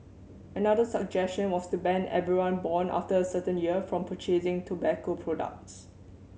another suggestion was to ban everyone born after a certain year from purchasing tobacco products